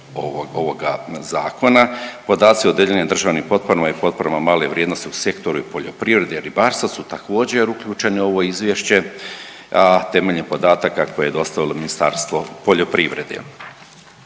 ovoga zakona, podaci o dodijeljenim državnim potporama i potporama male vrijednosti u sektoru poljoprivrede i ribarstva su također uključeni u ovo izvješće, a temeljem podataka koje je dostavilo Ministarstvo poljoprivrede.